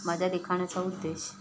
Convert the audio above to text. माझ्या लिखाणाचा उद्देश